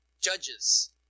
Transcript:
judges